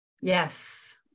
Yes